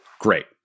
Great